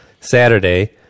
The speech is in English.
Saturday